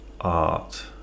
art